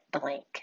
blank